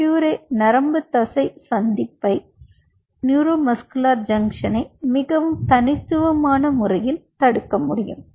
க்யூரே நரம்புத்தசை சந்திப்பை மிகவும் தனித்துவமான முறையில் தடுக்க முடியும்